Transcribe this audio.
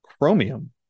chromium